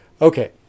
Okay